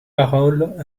paroles